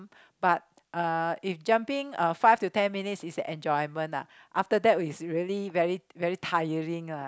but uh if jumping uh five to ten minutes is enjoyment ah after that is really very very tiring lah